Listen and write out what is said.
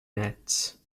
nets